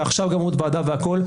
ועכשיו ועדה והכול,